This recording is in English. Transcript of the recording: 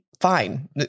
fine